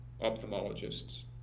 ophthalmologists